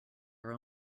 are